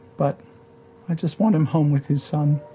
but i just want him home with his son.